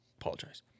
Apologize